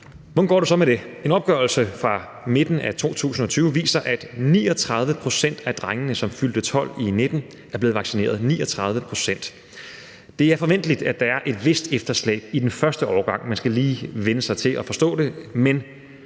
Hvordan går det så med det? En opgørelse fra midten af 2020 viser, at 39 pct. af drengene, som fyldte 12 i 2019, er blevet vaccineret – 39 pct. Det er forventeligt, at der er et vist efterslæb i den første årgang, for man skal lige vænne sig til at forstå det, men